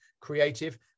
Creative